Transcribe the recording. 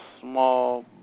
small